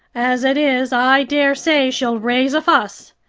as it is, i daresay she'll raise a fuss.